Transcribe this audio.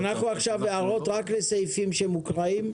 אנחנו עכשיו בהערות רק לסעיפים שמוקראים.